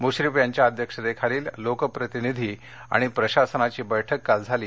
मुश्रीफ यांच्या अध्यक्षतेखाली लोकप्रतिनिधी आणि प्रशासनाची बैठक काल झाली